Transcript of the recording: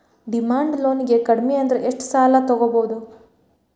Demand ಲೊನಿಗೆ ಕಡ್ಮಿಅಂದ್ರ ಎಷ್ಟ್ ಸಾಲಾ ತಗೊಬೊದು?